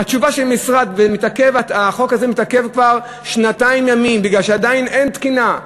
והחוק הזה מתעכב כבר שנתיים ימים מפני שעדיין אין תקינה.